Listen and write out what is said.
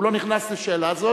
הוא לא נכנס לשאלה זאת,